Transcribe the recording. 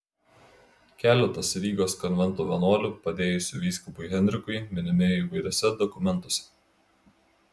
keletas rygos konvento vienuolių padėjusių vyskupui henrikui minimi įvairiuose dokumentuose